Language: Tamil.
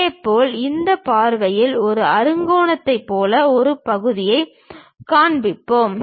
இதேபோல் இந்த பார்வையில் ஒரு அறுகோணத்தைப் போல ஒரு பகுதியைக் கொண்டிருப்போம்